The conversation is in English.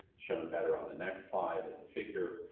shown better on the next slide as a figure.